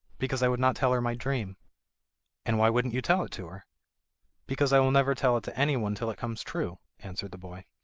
because i would not tell her my dream and why wouldn't you tell it to her because i will never tell it to anyone till it comes true answered the boy.